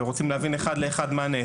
ורוצים להבין מה נעשה,